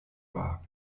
war